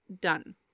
done